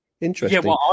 interesting